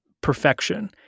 perfection